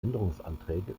änderungsanträge